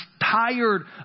tired